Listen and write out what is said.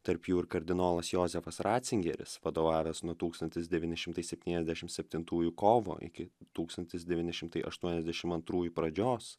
tarp jų ir kardinolas jozefas racingeris vadovavęs nuo tūkstantis devyni šimtai septyniasdešim septintųjų kovo iki tūkstantis devyni šimtai aštuoniasdešim antrųjų pradžios